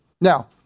Now